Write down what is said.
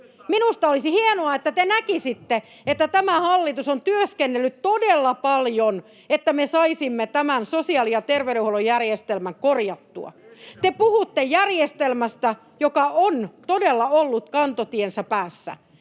Minusta olisi hienoa, että te näkisitte, että tämä hallitus on työskennellyt todella paljon, että me saisimme tämän sosiaali- ja terveydenhuollon järjestelmän korjattua. Te puhutte järjestelmästä, joka on todella ollut kantotiensä päässä.